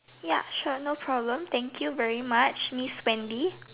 ya sure no problem thank you very much miss Wendy